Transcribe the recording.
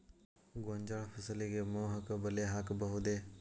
ಗೋಂಜಾಳ ಫಸಲಿಗೆ ಮೋಹಕ ಬಲೆ ಹಾಕಬಹುದೇ?